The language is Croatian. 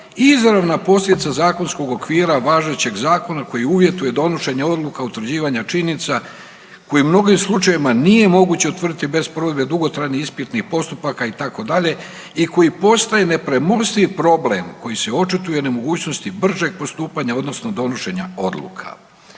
„Izravna posljedica zakonskog okvira važećeg Zakona koji uvjetuje donošenje odluka, utvrđivanja činjenica koji u mnogim slučajevima nije moguće utvrditi bez provedbe dugotrajnih ispitnih postupaka itd. i koji postaje nepremostiv problem koji se očituje nemogućnosti bržeg postupanja odnosno donošenja odluka.“